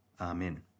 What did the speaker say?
Amen